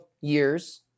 years